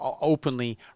openly